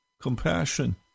compassion